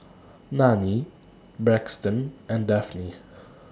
Nanie Braxton and Dafne